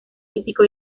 físico